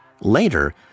Later